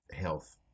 health